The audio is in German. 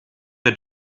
der